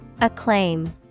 Acclaim